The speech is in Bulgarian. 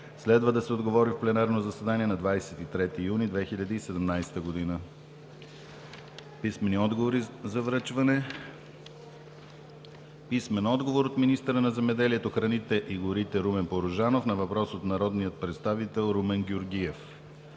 Следва да се отговори в пленарното заседание на 23 юни 2017 г. Писмени отговори за връчване. Писмен отговор от: - министъра на земеделието, храните и горите Румен Порожанов на въпрос от народния представител Румен Георгиев;